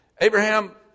Abraham